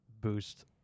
boost